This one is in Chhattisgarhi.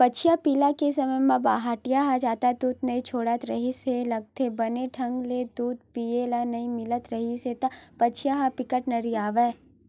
बछिया पिला के समे म पहाटिया ह जादा दूद नइ छोड़त रिहिस लागथे, बने ढंग ले दूद पिए ल नइ मिलत रिहिस त बछिया ह बिकट नरियावय